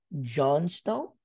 Johnstone